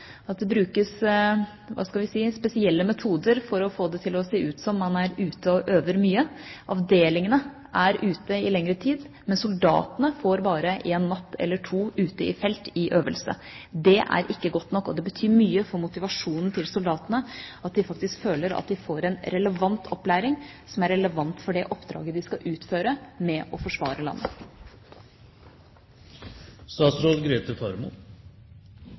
at det brukes spesielle metoder for å få det til å se ut som man er ute og øver mye. Avdelingene er ute i lengre tid, men soldatene får bare en natt eller to ute i felt i øvelse. Det er ikke godt nok. Det betyr mye for motivasjonen til soldatene at de faktisk føler at de får en relevant opplæring, en opplæring som er relevant for det oppdraget de skal utføre, å forsvare landet.